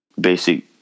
basic